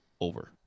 over